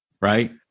right